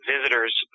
visitors